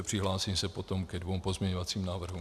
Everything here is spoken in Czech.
Přihlásím se potom ke dvěma pozměňovacím návrhům.